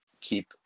keep